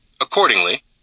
Accordingly